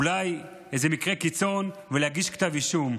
אולי איזה מקרה קיצון, ולהגיש כתב אישום.